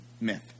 Myth